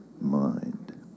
mind